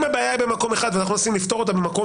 אם הבעיה היא במקום אחד ואנחנו מנסים לפתור אותה במקום